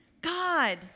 God